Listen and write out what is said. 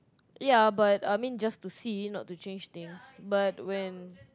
ya but I mean just to see not to change things but when